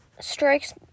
strikes